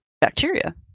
bacteria